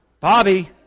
Bobby